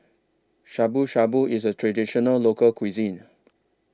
Shabu Shabu IS A Traditional Local Cuisine